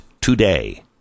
today